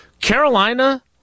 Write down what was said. Carolina